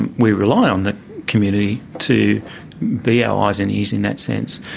and we rely on the community to be our eyes and ears in that sense.